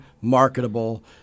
marketable